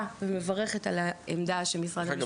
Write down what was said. ומברכת על העמדה שמשרד המשפטים הציג.